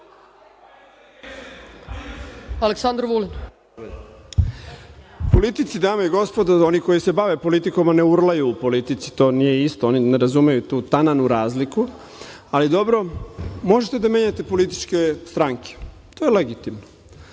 **Aleksandar Vulin** Dame i gospodo, oni koji se bave politikom ne urlaju u politici, to nije isto, oni ne razumeju tu tananu razliku, ali dobro. Možete da menjate političke stranke, to je legitimno.